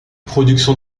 production